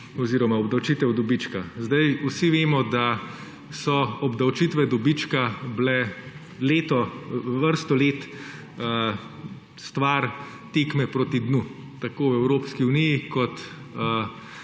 pojmuje obdavčitev dobička. Vsi vemo, da so obdavčitve dobička bile vrsto let stvar tekme proti dnu, tako v Evropski uniji kot